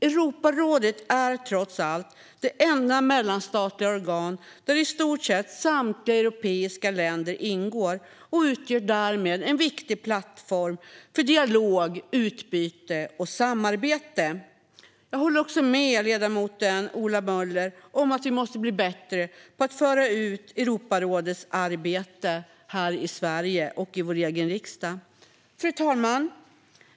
Europarådet är trots allt det enda mellanstatliga organ där i stort sett samtliga europeiska länder ingår och utgör därmed en viktig plattform för dialog, utbyte och samarbete. Jag håller också med ledamoten Ola Möller om att vi måste bli bättre på att föra ut Europarådets arbete här i Sverige och i vår egen riksdag. Fru talman!